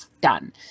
done